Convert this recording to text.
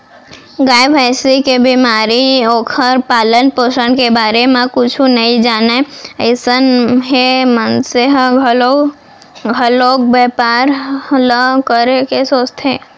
गाय, भँइसी के बेमारी, ओखर पालन, पोसन के बारे म कुछु नइ जानय अइसन हे मनसे ह घलौ घलोक बैपार ल करे के सोचथे